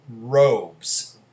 robes